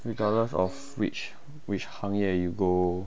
regardless of which which 行业 you go